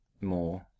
more